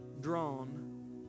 drawn